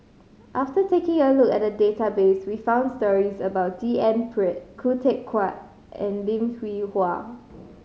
after taking a look at the database we found stories about D N Pritt Khoo Teck Puat and Lim Hwee Hua